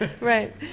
Right